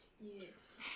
Yes